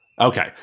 Okay